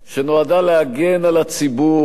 שנועדה להגן על הציבור,